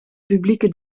publieke